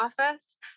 office